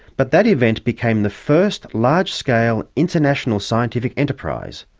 but that event became the first large-scale international scientific enterprise,